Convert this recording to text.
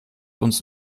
uns